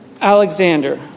Alexander